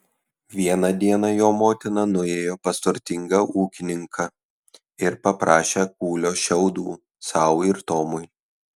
vieną dieną jo motina nuėjo pas turtingą ūkininką ir paprašė kūlio šiaudų sau ir tomui